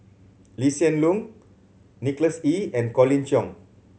Lee Hsien Loong Nicholas Ee and Colin Cheong